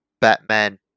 Batman